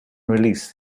released